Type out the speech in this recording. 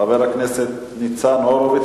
חבר הכנסת ניצן הורוביץ,